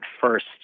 first